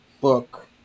book